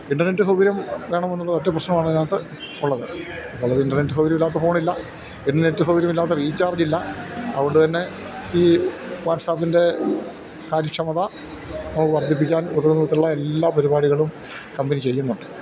internet സൗകര്യം വേണമെന്നുള്ള ഒറ്റ പ്രശ്നമാണിതിനകത്ത് ഉള്ളത് ഇപ്പോള് ഇൻ്റർനെറ്റ് സൗകര്യമില്ലാത്ത ഫോണില്ല ഇൻ്റർനെറ്റ് സൗകര്യം ഇല്ലാത്ത റീചാർജില്ല അതുകൊണ്ടുതന്നെ ഈ വാട്സാപ്പിൻ്റെ കാര്യക്ഷമത നമുക്ക് വർദ്ധിപ്പിക്കാൻ ഉതകുന്നവിധത്തിലുള്ള എല്ലാ പരിപാടികളും കമ്പനി ചെയ്യുന്നുണ്ട്